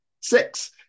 Six